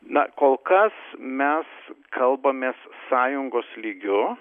na kol kas mes kalbamės sąjungos lygiu